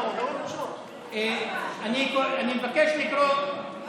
אני מבקש לקרוא,